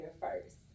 first